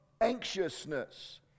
Anxiousness